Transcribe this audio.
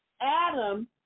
Adam